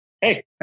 Hey